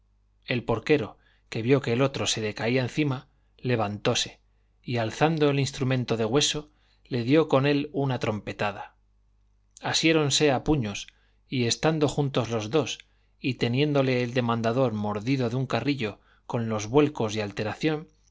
el porquero que vio que el otro se le caía encima levantóse y alzando el instrumento de hueso le dio con él una trompetada asiéronse a puños y estando juntos los dos y teniéndole el demandador mordido de un carrillo con los vuelcos y alteración